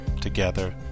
together